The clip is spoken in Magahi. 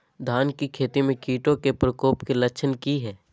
धान की खेती में कीटों के प्रकोप के लक्षण कि हैय?